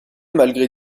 malgré